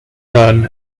run